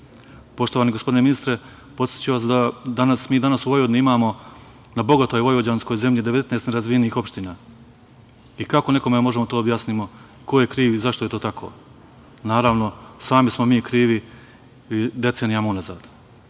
zakona. Poštovani gospodine ministre, podsetiću vas da mi danas u Vojvodini imamo na bogatoj vojvođanskoj zemlji 19 nerazvijenih opština. I kako nekome možemo da objasnimo ko je kriv i zašto je to tako? Naravno, sami smo mi krivi decenijama unazad.